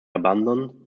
abandon